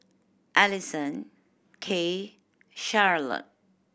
Alyson Kaye Charolette